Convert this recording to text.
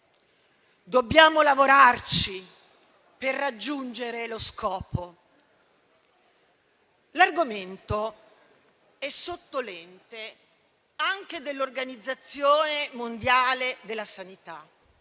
Dobbiamo lavorarci per raggiungere lo scopo. L'argomento è anche sotto la lente dell'Organizzazione mondiale della sanità,